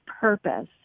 purpose